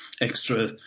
extra